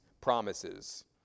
promises